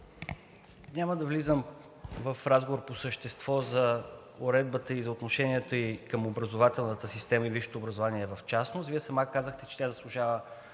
няма да влизам в разговор по същество за уредбата и за отношенията към образователната система и висшето образование в частност. Вие сама казахте, че тя заслужава